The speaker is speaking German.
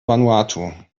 vanuatu